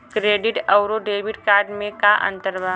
Credit अउरो debit card मे का अन्तर बा?